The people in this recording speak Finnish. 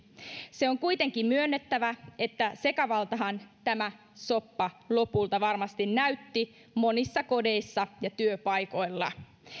se on kuitenkin myönnettävä että sekavaltahan tämä soppa lopulta varmasti näytti monissa kodeissa ja työpaikoilla